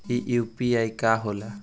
ई यू.पी.आई का होला?